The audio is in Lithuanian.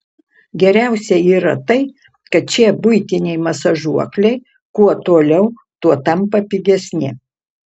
geriausia yra tai kad šie buitiniai masažuokliai kuo toliau tuo tampa pigesni